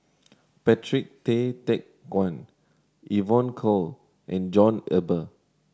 Patrick Tay Teck Guan Evon Kow and John Eber